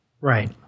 Right